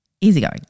Easygoing